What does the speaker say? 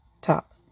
Top